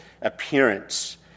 appearance